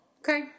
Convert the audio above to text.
Okay